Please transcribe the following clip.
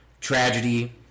tragedy